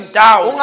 down